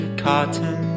cotton